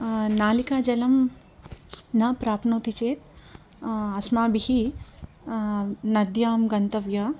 नलिका जलं न प्राप्नोति चेत् अस्माभिः नद्यां गन्तव्यः